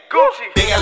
Gucci